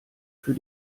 für